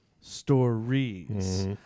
stories